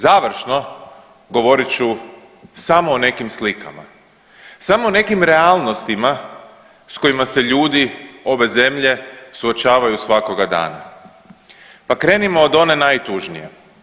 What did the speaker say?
Završno govorit ću samo o nekim slikama, samo o nekim realnostima sa kojima se ljudi ove zemlje suočavaju svakoga dana pa krenimo od one najtužnije.